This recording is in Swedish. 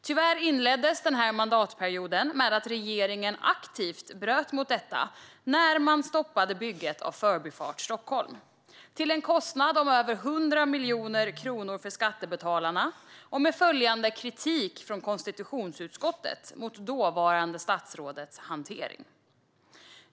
Tyvärr inleddes den här mandatperioden med att regeringen aktivt bröt mot detta när man stoppade bygget av Förbifart Stockholm, till en kostnad om över 100 miljoner kronor för skattebetalarna och efterföljande kritik från konstitutionsutskottet mot dåvarande statsråds hantering.